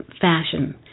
fashion